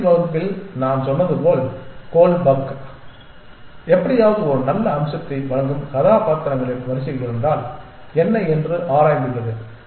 கடைசி வகுப்பில் நான் சொன்னது போல் கோல் பக் எப்படியாவது ஒரு நல்ல அம்சத்தை வழங்கும் கதாபாத்திரங்களின் வரிசை இருந்தால் என்ன என்று ஆராய்ந்துள்ளது